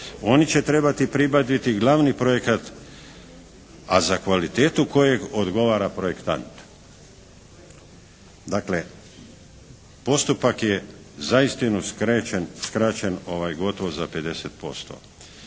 oni će trebati pribaviti glavni projekat, a za kvalitetu kojeg odgovara projektant. Dakle, postupak je zaistinu skraćen gotovo za 50%.